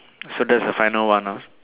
so that's the final one ah